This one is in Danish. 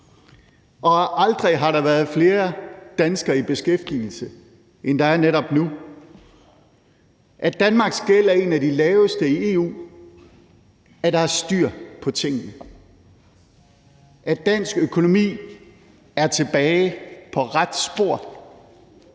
der aldrig har været flere danskere i beskæftigelse, end der er netop nu, at Danmarks gæld er en af de laveste i EU, at der er styr på tingene, at dansk økonomi er tilbage på rette spor.